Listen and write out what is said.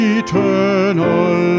eternal